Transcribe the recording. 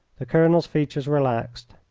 the colonel's features relaxed.